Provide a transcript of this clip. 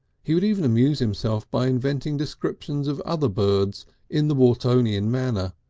he would even amuse himself by inventing descriptions of other birds in the watertonian manner,